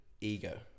ego